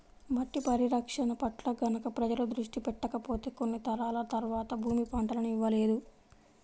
మట్టి పరిరక్షణ పట్ల గనక ప్రజలు దృష్టి పెట్టకపోతే కొన్ని తరాల తర్వాత భూమి పంటలను ఇవ్వలేదు